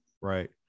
Right